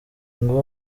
ngo